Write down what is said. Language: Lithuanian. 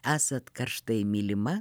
esat karštai mylima